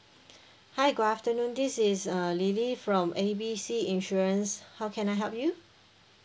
hi good afternoon this is uh lily from A B C insurance how can I help you